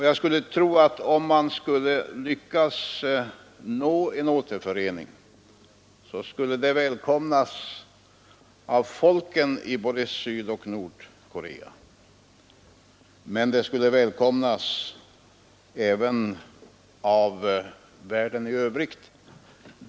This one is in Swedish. Jag tror att en återförening skulle välkomnas av folken i både Sydoch Nordkorea liksom den skulle välkomnas av världen i övrigt.